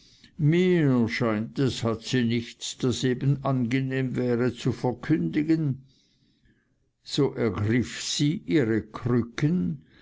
mir scheint es hat sie nichts das eben angenehm wäre zu verkündigen so ergriff sie ihre krücken